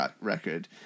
record